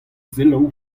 selaou